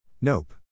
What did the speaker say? Nope